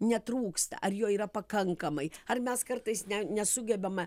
netrūksta ar jo yra pakankamai ar mes kartais ne nesugebame